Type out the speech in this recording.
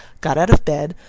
got out of bed,